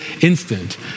instant